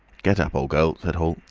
get up, old girl, said hall.